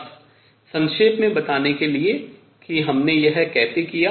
बस संक्षेप में बताने के लिए कि हमने यह कैसे किया